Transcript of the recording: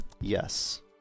Yes